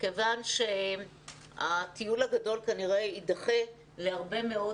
מכיוון שהטיול הגדול של אחרי הצבא כנראה יידחה להרבה מאוד